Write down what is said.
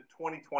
2020